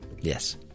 Yes